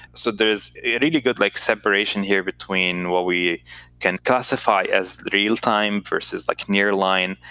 so there's a really good like separation here between what we can classify as real-time, versus like nearline,